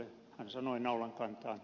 hän sanoi naulankantaan